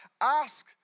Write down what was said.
ask